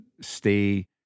stay